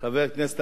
אתה יודע,